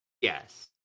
Yes